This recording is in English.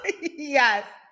yes